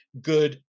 Good